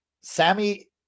Sammy